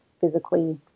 physically